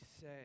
say